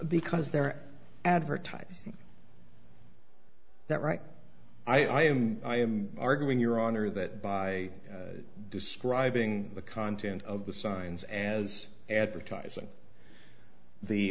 because they're advertising that right i am i am arguing your honor that by describing the content of the signs as advertising the